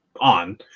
on